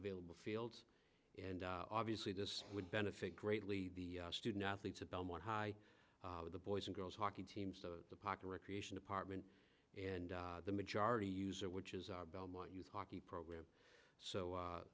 available fields and obviously this would benefit greatly the student athletes at belmont high the boys and girls hockey teams to the park and recreation department and the majority user which is our belmont youth hockey program so